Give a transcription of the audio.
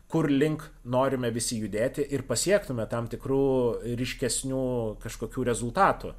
kur link norime visi judėti ir pasiektume tam tikrų ryškesnių kažkokių rezultatų